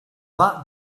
that